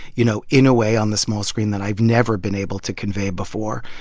you know, in a way, on the small screen that i've never been able to convey before?